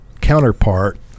counterpart